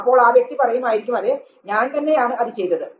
അപ്പോൾ ആ വ്യക്തി പറയുകയായിരിക്കും അതെ ഞാൻ ആണ് അത് ചെയ്തത്